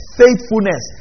faithfulness